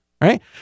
right